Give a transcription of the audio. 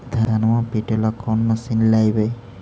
धनमा पिटेला कौन मशीन लैबै?